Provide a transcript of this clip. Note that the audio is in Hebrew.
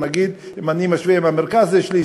אם אני משווה עם המרכז זה שליש,